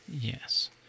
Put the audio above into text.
Yes